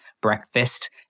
breakfast